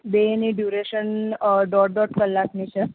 બેની ડયૂરેશન દોઢ દોઢ કલાકની છે